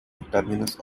terminus